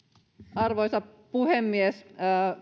arvoisa puhemies